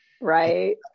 Right